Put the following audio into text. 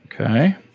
Okay